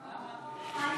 מה זה?